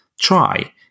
try